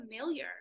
familiar